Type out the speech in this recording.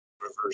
reverse